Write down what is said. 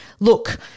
Look